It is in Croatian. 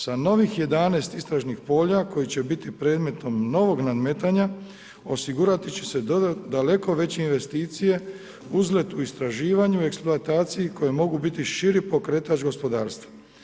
Sa novih 11 istražnih polja koje će biti predmetom novog nadmetanja, osigurati će se daleko veće investicije, uzlet u istraživanju eksploataciji koje mogu biti širi pokretač gospodarstva.